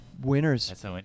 Winners